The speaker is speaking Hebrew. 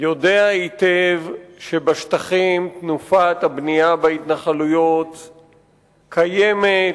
יודע היטב שבשטחים תנופת הבנייה בהתנחלויות קיימת,